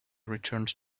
returned